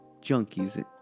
junkies